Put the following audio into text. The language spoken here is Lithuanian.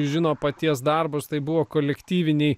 žino paties darbus tai buvo kolektyviniai